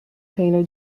painter